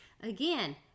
Again